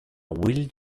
will